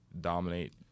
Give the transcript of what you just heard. Dominate